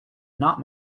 not